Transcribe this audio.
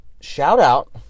Shout-out